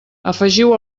afegiu